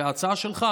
וההצעה שלך,